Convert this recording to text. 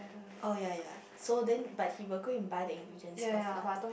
oh ya ya so then but he will go and buy the ingredients first lah